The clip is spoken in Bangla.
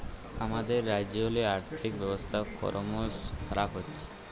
আমাদের রাজ্যেল্লে আথ্থিক ব্যবস্থা করমশ খারাপ হছে